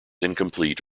incomplete